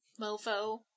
mofo